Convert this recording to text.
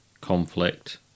conflict